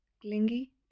Clingy